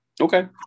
Okay